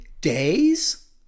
days